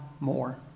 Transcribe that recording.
more